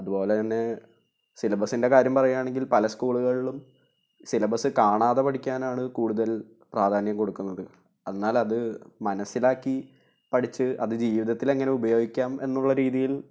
അതുപോലെതന്നെ സിലബസിൻ്റെ കാര്യം പറയുകയാണെങ്കിൽ പല സ്കൂളുകളിലും സിലബസ് കാണാതെ പഠിക്കാനാണ് കൂടുതൽ പ്രാധാന്യം കൊടുക്കുന്നത് എന്നാൽ അത് മനസ്സിലാക്കി പഠിച്ച് അത് ജീവിതത്തിൽ ഇങ്ങനെ ഉപയോഗിക്കാം എന്നുള്ള രീതിയിൽ